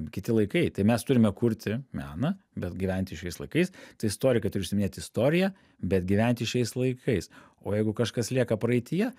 kiti laikai tai mes turime kurti meną bet gyventi šiais laikais tai istorikai turi užsiiminėti istorija bet gyventi šiais laikais o jeigu kažkas lieka praeityje